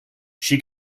she